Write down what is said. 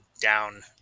down